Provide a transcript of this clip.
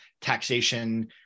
taxation